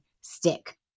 stick